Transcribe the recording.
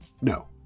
No